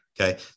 Okay